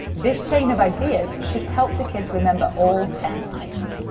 this chain of ideas should help the kids remember all ten items.